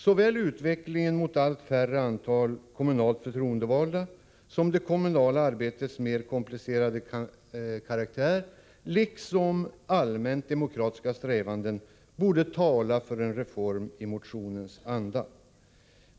Såväl utvecklingen mot allt färre kommunalt förtroendevalda som det kommunala arbetets mer komplicerade karaktär liksom allmänt demokratiska strävanden borde tala för en reform i motionens anda.